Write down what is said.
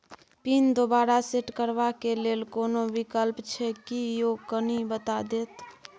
Pin दोबारा set करबा के लेल कोनो विकल्प छै की यो कनी बता देत?